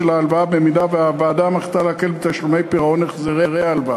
ההלוואה אם הוועדה מחליטה להקל את תשלומי פירעון ההלוואה.